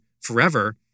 forever